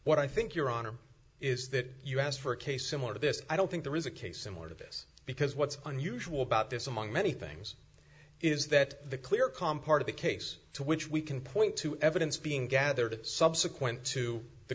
what i think your honor is that you asked for a case similar to this i don't think there is a case similar to this because what's unusual about this among many things is that the clear calm part of the case to which we can point to evidence being gathered subsequent to the